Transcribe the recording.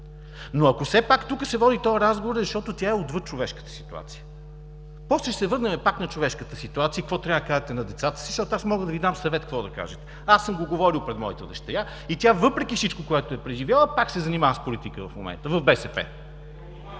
Но ако все пак тук се води този разговор е, защото тя е отвъд човешката ситуация. После ще се върнем пак на човешката ситуация – какво трябва да кажете на децата си, защото аз мога да Ви дам съвет какво да кажете. Аз съм го говорил пред моята дъщеря и тя въпреки всичко, което е преживяла, пак се занимава с политика в момента, в БСП.